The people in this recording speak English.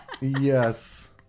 Yes